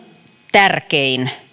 tärkein